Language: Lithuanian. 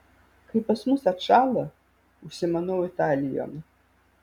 kai pas mus atšąla užsimanau italijon